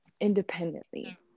independently